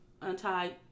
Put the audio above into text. untied